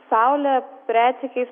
saulė retsykiais